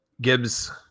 Gibbs